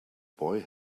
boy